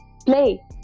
play